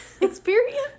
experience